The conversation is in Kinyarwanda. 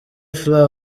fla